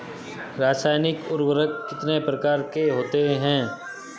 रासायनिक उर्वरक कितने प्रकार के होते हैं?